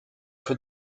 für